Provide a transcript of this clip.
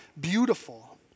beautiful